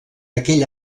aquell